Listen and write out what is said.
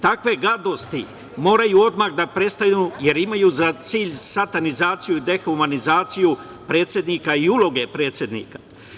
Takve gadosti moraju odmah da prestanu, jer imaju za cilj satanizaciju, dehumanizaciju, predsednika i uloge predsednika.